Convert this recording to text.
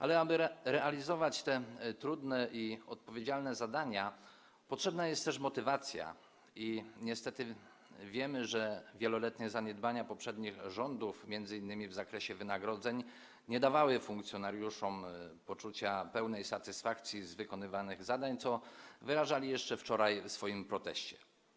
Ale aby realizować te trudne i odpowiedzialne zadania, potrzeba też motywacji, i niestety wiemy, że wieloletnie zaniedbania poprzednich rządów, m.in. w zakresie wynagrodzeń, nie dawały funkcjonariuszom poczucia pełnej satysfakcji z wykonywanych zadań, co wyrażali jeszcze wczoraj w swoim proteście.